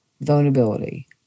vulnerability